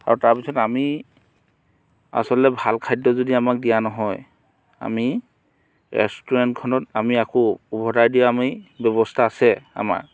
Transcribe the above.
আৰু তাৰ পাছত আমি আচলতে ভাল খাদ্য যদি আমাক দিয়া নহয় আমি ৰেষ্টুৰেণ্টখনত আকৌ আমি উভতাই দি আমি ব্যৱস্থা আছে আমাৰ